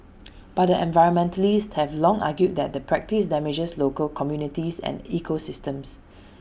but environmentalists have long argued that the practice damages local communities and ecosystems